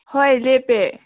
ꯍꯣꯏ ꯂꯦꯞꯄꯦ